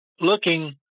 looking